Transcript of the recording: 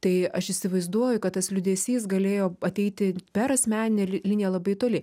tai aš įsivaizduoju kad tas liūdesys galėjo ateiti per asmeninę li liniją labai toli